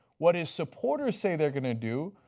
what his supporters say they are going to do,